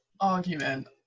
argument